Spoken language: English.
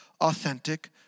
authentic